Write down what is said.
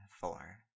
four